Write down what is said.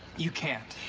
you can't?